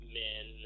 men